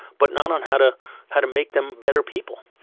but not on how to how to make them better people.